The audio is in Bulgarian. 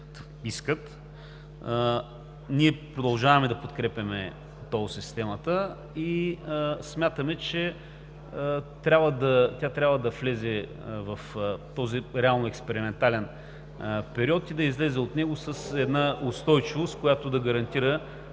искат, ние продължаваме да подкрепяме тол системата и смятаме, че тя трябва да влезе в този реално експериментален период и да излезе от него с една устойчивост, която да гарантира